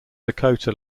dakota